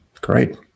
great